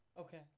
Okay